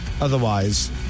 Otherwise